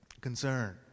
concern